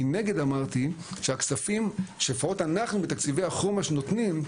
מנגד אמרתי שהכספים שלפחות אנחנו בתקציבי החומש נותנים,